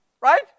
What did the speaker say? Right